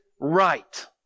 right